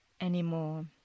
anymore